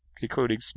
including